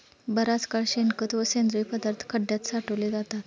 बराच काळ शेणखत व सेंद्रिय पदार्थ खड्यात साठवले जातात